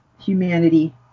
humanity